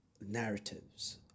narratives